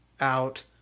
out